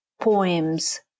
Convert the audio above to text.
poems